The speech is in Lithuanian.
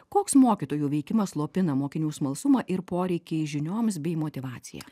koks mokytojų veikimas slopina mokinių smalsumą ir poreikį žinioms bei motyvaciją